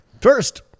First